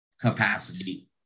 capacity